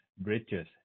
bridges